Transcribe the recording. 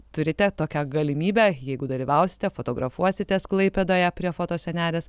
turite tokią galimybę jeigu dalyvausite fotografuositės klaipėdoje prie foto sienelės